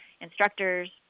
instructors